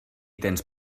tens